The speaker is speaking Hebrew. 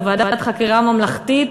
או ועדת חקירה ממלכתית,